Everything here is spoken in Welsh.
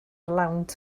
lawnt